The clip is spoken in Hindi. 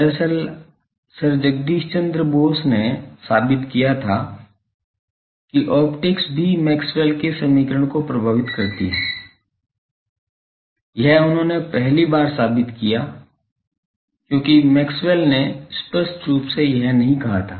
दरअसल सर जगदीश बोस ने साबित किया था कि ऑप्टिक्स भी मैक्सवेल के समीकरण को प्रभावित करती है यह उन्होंने पहली बार साबित किया क्योंकि मैक्सवेल ने स्पष्ट रूप से यह नहीं कहा था